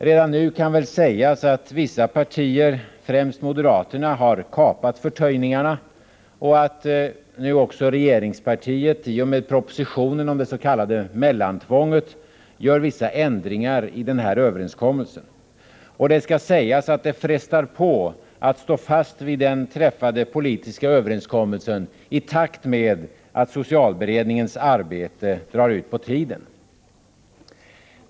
Redan nu kan väl sägas att vissa partier, främst moderaterna, har kapat förtöjningarna och att nu också regeringspartiet i och med propositionen om det s.k. mellantvånget gör vissa ändringar i överenskommelsen. Det skall sägas att det frestar på att stå fast vid den träffade politiska överenskommelsen i takt med att socialberedningens arbete drar ut på tiden.